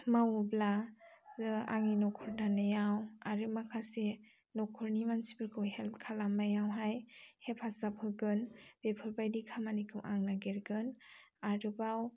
मावोब्ला आंनि न'खर दानायाव आरो माखासे न'खरनि मानसिफोरखौ हेल्प खालामनायावहाय हेफाजाब होगोन बेफोरबायदि खामानिखौ आं नागिरगोन आरोबाव